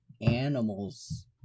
animals